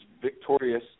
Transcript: victorious